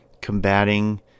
combating